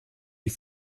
die